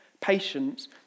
Patience